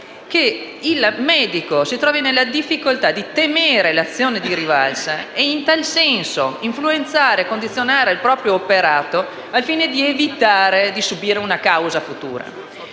che il medico si trovi nella difficoltà di temere l'azione di rivalsa e in tal senso condizioni il proprio operato al fine di evitare di subire una causa futura.